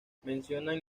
mencionan